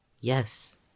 Yes